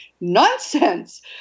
nonsense